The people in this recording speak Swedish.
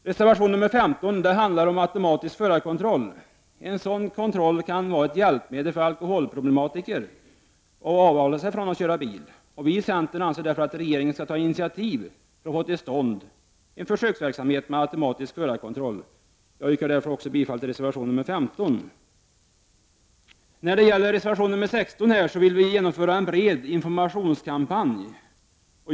Reservation 15 handlar om automatisk förarkontroll. En sådan kontroll kan vara ett hjälpmedel för alkoholproblematiker att avhålla sig från att köra bil. Vi i centern anser därför att regeringen skall ta initiativ till en försöksverksamhet med automatisk förarkontroll. Jag yrkar därför bifall till reservation nr 15. Reservation 16 handlar om att vi i centern vill genomföra en bred informationskampanj.